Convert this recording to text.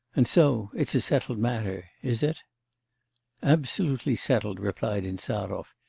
and so, it's a settled matter is it absolutely settled replied insarov,